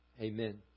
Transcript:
amen